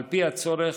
על פי הצורך,